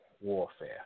warfare